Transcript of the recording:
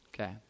Okay